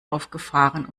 aufgefahren